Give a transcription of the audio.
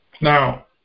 Now